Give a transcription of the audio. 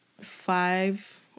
five